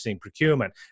procurement